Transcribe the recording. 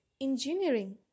engineering